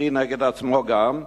קרי נגד עצמו גם,